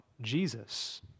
Jesus